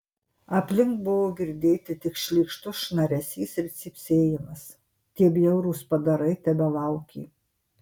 aplink buvo girdėti tik šlykštus šnaresys ir cypsėjimas tie bjaurūs padarai tebelaukė